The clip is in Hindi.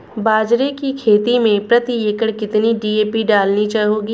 बाजरे की खेती में प्रति एकड़ कितनी डी.ए.पी डालनी होगी?